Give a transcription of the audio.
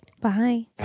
Bye